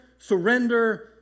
Surrender